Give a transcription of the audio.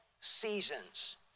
seasons